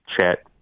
chat